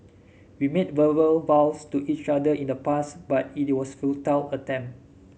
we made verbal vows to each other in the past but it was a futile attempt